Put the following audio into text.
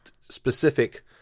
specific